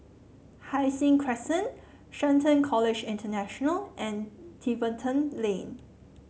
Hai Sing Crescent Shelton College International and Tiverton Lane